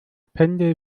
pendel